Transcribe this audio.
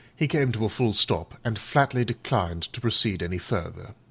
he came to a full stop and flatly declined to proceed any further.